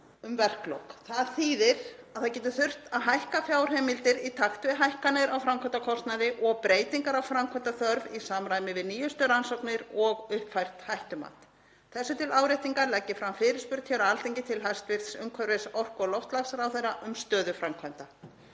um verklok. Það þýðir að það getur þurft að hækka fjárheimildir í takti við hækkanir á framkvæmdakostnaði og breytingar á framkvæmdaþörf í samræmi við nýjustu rannsóknir og uppfært hættumat. Þessu til áréttingar legg ég fram fyrirspurn hér á Alþingi til hæstv. umhverfis-, orku- og loftslagsráðherra um stöðu framkvæmda.